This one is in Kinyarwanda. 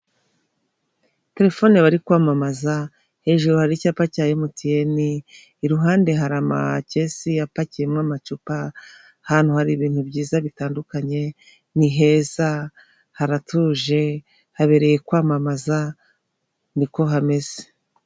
Telefone bari kwamamaza hejuru hari icyapa cya emutiyeni iruhande hari amakesi apakiyemo amacupa, ahantu hari ibintu byiza bitandukanye ni heza haratuje habereye kwamamaza niko hameze.